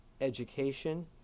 education